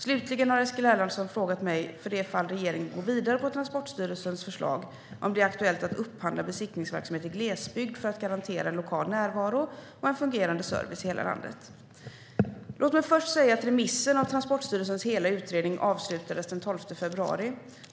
Slutligen har Eskil Erlandsson frågat mig om det i det fall regeringen går vidare på Transportstyrelsens förslag är aktuellt att upphandla besiktningsverksamhet i glesbygd för att garantera en lokal närvaro och en fungerande service i hela landet. Låt mig först säga att remissen av Transportstyrelsens hela utredning avslutades den 12 februari.